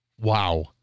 Wow